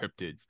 cryptids